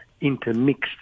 intermixed